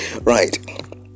Right